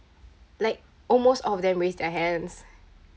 like almost all of them raise their hands